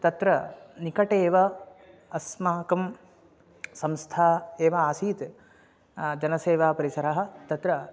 तत्र निकटे एव अस्माकं संस्था एव आसीत् जनसेवापरिसरः तत्र